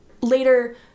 later